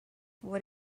what